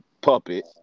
Puppet